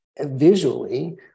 visually